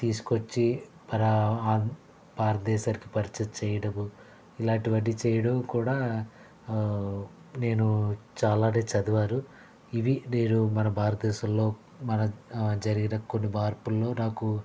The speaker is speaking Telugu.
తీసుకొచ్చి మన భారతదేశానికి పరిచయం చేయడము ఇలాంటివన్నీ చేయడం కూడా నేను చాలానే చదివాను ఇవి నేను మన భారతదేశంలో మన జరిగిన కొన్ని మార్పుల్లో నాకు